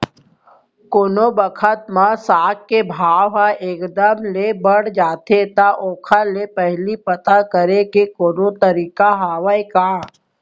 कोनो बखत म साग के भाव ह एक दम ले बढ़ जाथे त ओखर ले पहिली पता करे के कोनो तरीका हवय का?